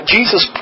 Jesus